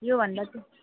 योभन्दा त